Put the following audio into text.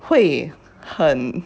会很